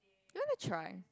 you want to try